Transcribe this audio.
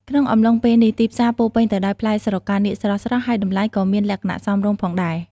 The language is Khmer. ក្នុងអំឡុងពេលនេះ ទីផ្សារពោរពេញទៅដោយផ្លែស្រកានាគស្រស់ៗ ហើយតម្លៃក៏មានលក្ខណៈសមរម្យផងដែរ។